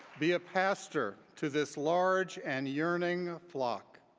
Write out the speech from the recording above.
be a pastor to this large and yearning flock.